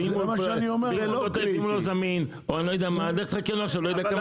אם אחד לא זמין, הולכים לאחר.